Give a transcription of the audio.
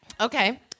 Okay